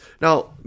Now